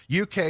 UK